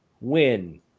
win